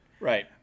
Right